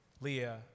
Leah